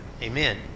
Amen